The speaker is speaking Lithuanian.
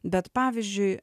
bet pavyzdžiui